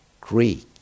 Greek